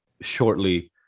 shortly